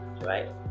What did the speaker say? Right